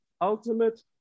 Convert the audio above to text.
ultimate